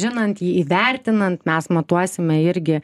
žinant jį įvertinant mes matuosime irgi